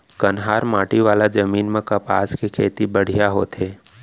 कन्हार माटी वाला जमीन म कपसा के खेती बड़िहा होथे